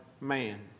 man